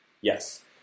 yes